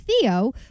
Theo